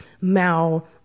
mal